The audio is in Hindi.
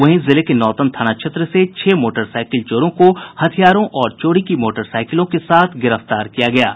वहीं जिले के नौतन थाना क्षेत्र से छह मोटरसाइकिल चोरों को हथियारों ओर चोरी की मोटरसाईकिलों के साथ गिरफ्तार किया गया है